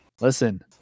listen